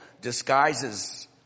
disguises